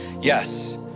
Yes